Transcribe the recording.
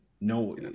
No